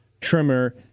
trimmer